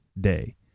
day